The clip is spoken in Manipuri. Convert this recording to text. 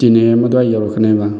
ꯇꯦꯟ ꯑꯦ ꯑꯦꯝ ꯑꯗꯨꯋꯥꯏ ꯌꯧꯔꯛꯀꯅꯦꯕ